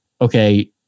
okay